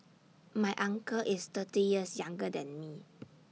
my uncle is thirty years younger than me